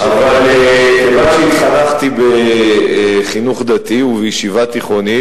אבל כיוון שהתחנכתי בחינוך דתי ובישיבה תיכונית,